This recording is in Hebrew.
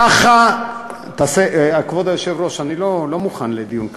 ככה, כבוד היושב-ראש, אני לא מוכן לדיון כזה.